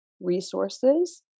resources